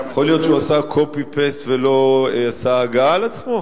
יכול להיות שהוא עשה copy-paste ולא עשה הגהה על עצמו?